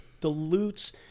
dilutes